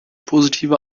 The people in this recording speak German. positive